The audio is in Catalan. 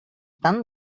tant